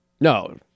No